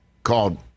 called